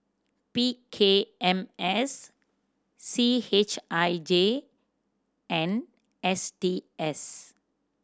P K M S C H I J and S T S